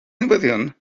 newyddion